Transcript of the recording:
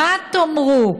מה תאמרו?